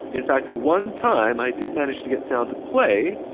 in fact, one time, i did manage to get sound to play.